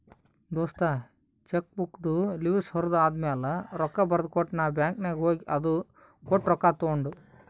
ದೋಸ್ತ ಚೆಕ್ಬುಕ್ದು ಲಿವಸ್ ಹರ್ದು ಅದೂರ್ಮ್ಯಾಲ ರೊಕ್ಕಾ ಬರ್ದಕೊಟ್ಟ ನಾ ಬ್ಯಾಂಕ್ ನಾಗ್ ಹೋಗಿ ಅದು ಕೊಟ್ಟು ರೊಕ್ಕಾ ತೊಂಡು